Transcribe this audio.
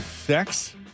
Sex